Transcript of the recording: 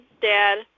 Dad